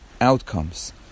outcomes